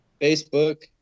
Facebook